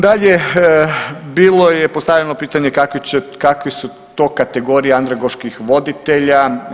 Dalje bilo je postavljeno pitanje kakve su to kategorije andragoških voditelja.